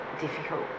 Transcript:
difficult